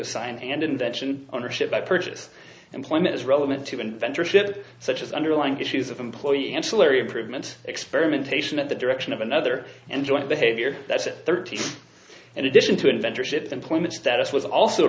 assign and invention ownership by purchase employment is relevant to inventors that such as underlying issues of employee ancillary improvements experimentation at the direction of another and joint behavior that's it thirty in addition to adventure ship employment status was also